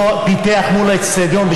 פיתח מול האצטדיון,